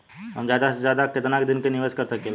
हम ज्यदा से ज्यदा केतना दिन के निवेश कर सकिला?